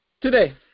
Today